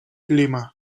lima